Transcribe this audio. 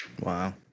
wow